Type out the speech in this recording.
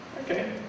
Okay